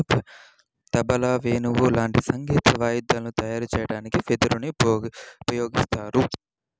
తబలా, వేణువు లాంటి సంగీత వాయిద్యాలు తయారు చెయ్యడానికి వెదురుని ఉపయోగిత్తారు